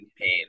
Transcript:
pain